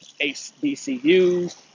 hbcus